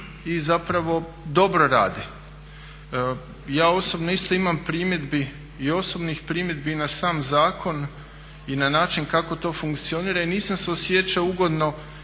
i zapravo dobro rade. Ja osobno isto imam primjedbi i osobnih primjedbi na sam zakon i na način kako to funkcionira i nisam se osjećao ugodno